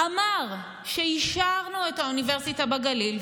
אמר שאישרנו את האוניברסיטה בגליל,